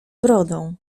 brodą